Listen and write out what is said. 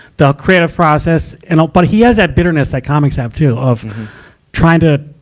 the creative process. and but he has that bitterness that comics have, too, of trying to,